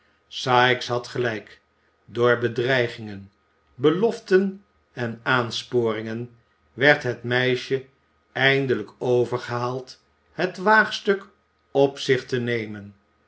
sikes had gelijk door bedreigingen beloften en aansporingen werd het meisje eindelijk overgehaald het waagstuk op zich te nemen